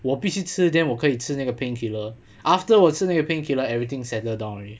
我必须吃 then 我可以吃那个 painkiller after 我吃那个 painkiller everything settle down already